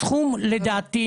הסכום לדעתי,